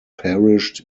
perished